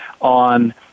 on